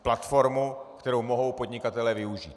Platformu, kterou mohou podnikatelé využít.